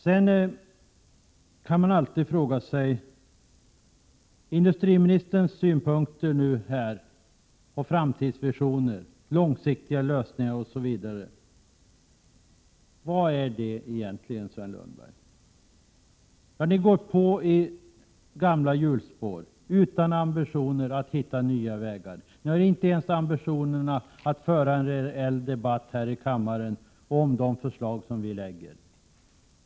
Sedan kan man alltid ställa frågan: Industriministerns synpunkter och framtidsvisioner, hans långsiktiga lösningar osv., vad är det egentligen, Sven Lundberg? Ni går på i gamla hjulspår, utan ambitioner att hitta nya vägar. Ni har inte ens ambitionen att föra en reell debatt här i kammaren om de förslag vi lägger fram.